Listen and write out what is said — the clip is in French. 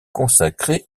consacré